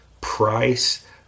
price